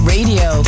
Radio